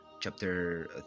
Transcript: chapter